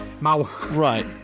Right